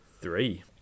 Three